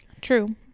true